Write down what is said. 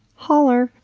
holler!